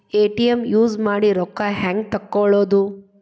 ATM use ಮಾಡಿ ರೊಕ್ಕ ಹೆಂಗೆ ತಕ್ಕೊಳೋದು?